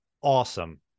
awesome